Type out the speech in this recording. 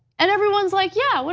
and everyone is like, yeah. but